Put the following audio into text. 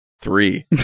Three